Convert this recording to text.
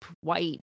white